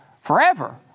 forever